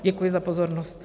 Děkuji za pozornost.